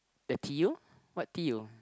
the deal what deal